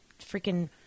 freaking